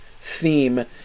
theme